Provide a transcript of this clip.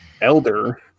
elder